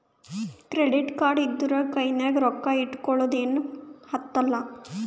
credit card ಇದ್ದೂರ ಕೈನಾಗ್ ರೊಕ್ಕಾ ಇಟ್ಗೊಳದ ಏನ್ ಹತ್ತಲಾ